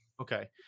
Okay